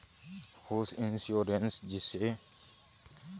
home insurance जिसे आमतौर पर होमओनर का बीमा भी कहा जाता है